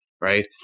right